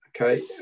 Okay